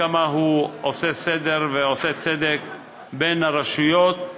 כמה הוא עושה סדר ועושה צדק בין הרשויות,